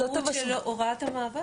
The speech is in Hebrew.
זו המשמעות של הוראת המעבר.